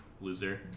loser